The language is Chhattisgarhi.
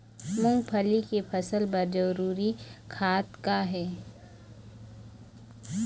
मूंगफली के फसल बर जरूरी खाद का ये?